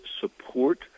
support